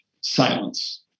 Silence